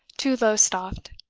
to lowestoft.